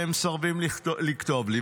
והם מסרבים לכתוב לי,